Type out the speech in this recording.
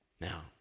Now